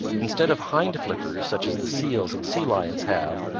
instead of hind flippers, such as the seals and sea lions have,